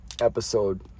episode